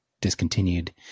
discontinued